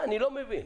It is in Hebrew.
אני לא מבין.